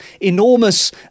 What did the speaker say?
enormous